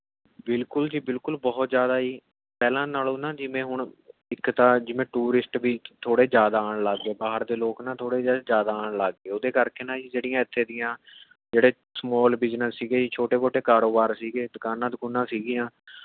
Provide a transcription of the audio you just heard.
ਬਿਲਕੁਲ ਜੀ ਬਿਲਕੁਲ ਬਹੁਤ ਜ਼ਿਆਦਾ ਜੀ ਪਹਿਲਾਂ ਨਾਲੋਂ ਨਾ ਜਿਵੇਂ ਹੁਣ ਇੱਕ ਤਾਂ ਜਿਵੇਂ ਟੂਰਿਸਟ ਵੀ ਥੋੜ੍ਹੇ ਜ਼ਿਆਦਾ ਆਉਣ ਲੱਗ ਗਏ ਬਾਹਰ ਦੇ ਲੋਕ ਨਾ ਥੋੜ੍ਹੇ ਜਿਹੇ ਜ਼ਿਆਦਾ ਆਉਣ ਲੱਗ ਗਏ ਉਹਦੇ ਕਰਕੇ ਨਾ ਜੀ ਜਿਹੜੀਆਂ ਇੱਥੇ ਦੀਆਂ ਜਿਹੜੇ ਸਮੋਲ ਬਿਜ਼ਨਸ ਸੀ ਜੀ ਛੋਟੇ ਮੋਟੇ ਕਾਰੋਬਾਰ ਸੀ ਦੁਕਾਨਾਂ ਦਕੁਨਾਂ ਸੀਗੀਆਂ